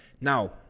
now